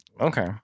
Okay